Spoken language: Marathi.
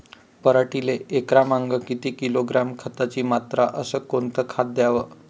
पराटीले एकरामागं किती किलोग्रॅम खताची मात्रा अस कोतं खात द्याव?